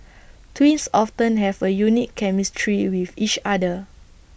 twins often have A unique chemistry with each other